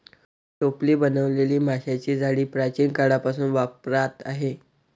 टोपली बनवलेली माशांची जाळी प्राचीन काळापासून वापरात आहे